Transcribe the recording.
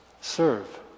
serve